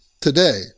today